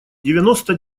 девяносто